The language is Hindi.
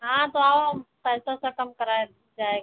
हाँ तो आओ हम पैसा वैसा कम कराया जाएगा